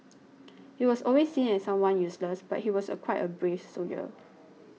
he was always seen as someone useless but he was a quite a brave soldier